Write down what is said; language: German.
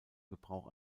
gebrauch